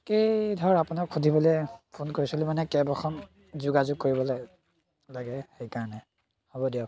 তাকেই ধৰ আপোনাক সুধিবলৈ ফোন কৰিছিলোঁ মানে কেব এখন যোগাযোগ কৰিবলৈ লাগে সেইকাৰণে হ'ব দিয়ক